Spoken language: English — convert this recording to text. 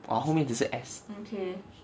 orh 后面只是 S